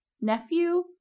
nephew